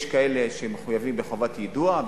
יש כאלה שמחויבים בחובת יידוע,